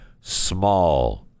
small